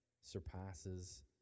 surpasses